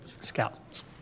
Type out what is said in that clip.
Scouts